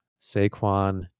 Saquon